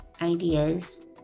ideas